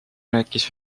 rääkis